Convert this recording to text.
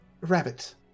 rabbit